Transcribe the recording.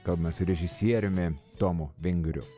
kalbame su režisieriumi tomu vengriu